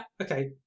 okay